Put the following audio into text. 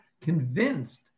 convinced